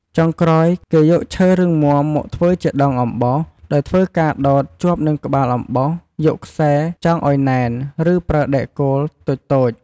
ចុងក្រោយគេយកឈើរឹងមាំ មកធ្វើជាដងអំបោស ដោយធ្វើការដោតជាប់និងក្បាលអំបោសយកខ្សែចងឲ្យណែន ឬប្រើដែកគោលតូចៗ